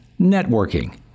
networking